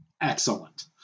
Excellent